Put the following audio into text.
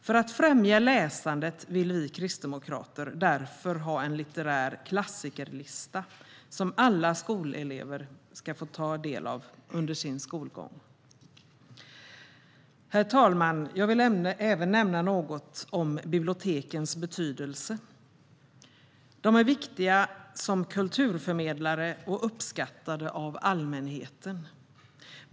För att främja läsandet vill vi kristdemokrater därför ha en litterär klassikerlista som alla skolelever ska få ta del av under sin skolgång. Herr talman! Jag vill även nämna något om bibliotekens betydelse. De är viktiga kulturförmedlare och uppskattade av allmänheten.